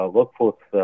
Workforce